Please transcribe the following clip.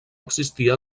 existia